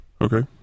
Okay